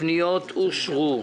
הפניות אושרו.